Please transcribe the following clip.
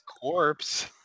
corpse